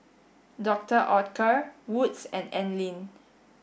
Doctor Oetker Wood's and Anlene